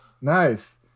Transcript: Nice